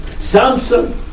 Samson